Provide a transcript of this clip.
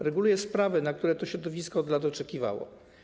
Reguluje sprawy, na które to środowisko od lat oczekiwało.